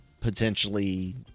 potentially